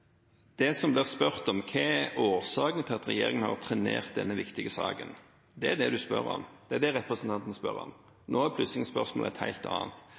Det det blir spurt om, er: Hva er årsaken til at regjeringen har trenert denne viktige saken? Det er det representanten spør om. Nå er plutselig spørsmålet et helt annet.